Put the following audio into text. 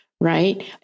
right